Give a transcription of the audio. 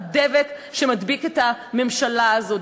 הדבק שמדביק את הממשלה הזאת,